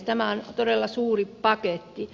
tämä on todella suuri paketti